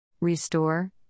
Restore